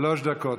בבקשה, שלוש דקות.